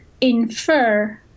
infer